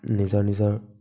নিজৰ নিজৰ